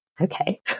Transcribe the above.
okay